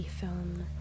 film